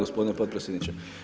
Gospodine potpredsjedniče!